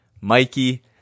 Mikey